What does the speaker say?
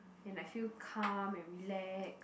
and I feel calm and relax